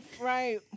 Right